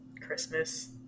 Christmas